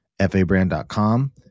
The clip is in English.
Fabrand.com